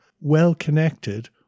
well-connected